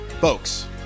folks